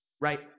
right